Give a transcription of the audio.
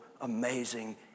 amazing